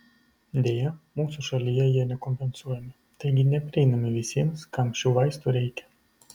deja mūsų šalyje jie nekompensuojami taigi neprieinami visiems kam šių vaistų reikia